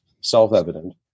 self-evident